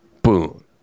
Boom